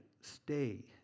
stay